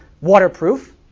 waterproof